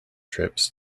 trips